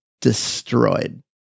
destroyed